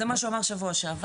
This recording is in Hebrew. זה מה שהוא אמר שבוע שעבר.